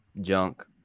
junk